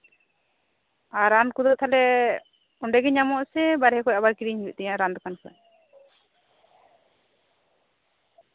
ᱟᱨ ᱨᱟᱱ ᱠᱚᱫᱚ ᱛᱟᱞᱦᱮ ᱚᱸᱰᱮ ᱜᱮ ᱧᱟᱢᱚᱜ ᱟᱥᱮ ᱵᱟᱨᱦᱮ ᱠᱷᱚᱡ ᱠᱤᱨᱤᱧ ᱦᱩᱭᱩᱜ ᱛᱤᱧᱟᱹ ᱨᱟᱱ ᱫᱳᱠᱟᱱ ᱠᱷᱚᱱ